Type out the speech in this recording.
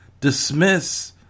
dismiss